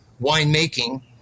winemaking